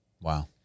Wow